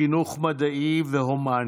חינוך מדעי והומני,